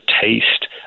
taste